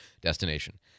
destination